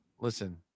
Listen